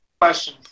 question